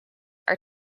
are